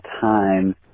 time